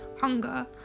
hunger